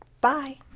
Bye